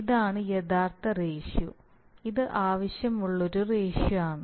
ഇതാണ് യഥാർത്ഥ റേഷ്യോ ഇത് ആവശ്യമുള്ള ഒരു റേഷ്യോ ആണ്